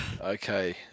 Okay